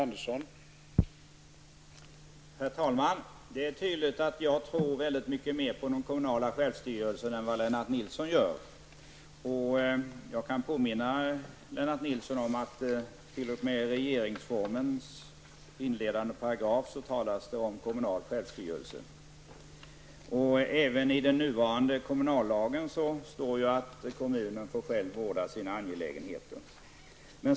Herr talman! Det är tydligt att jag tror mer på den kommunala självstyrelsen än vad Lennart Nilsson gör. Jag kan påminna Lennart Nilsson om att det t.o.m. i regeringsformens inledande paragraf talas om kommunal självstyrelse. Även i den nuvarande kommunallagen står att kommunen själv får vårda sina angelägenheter.